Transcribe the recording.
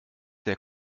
der